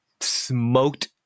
smoked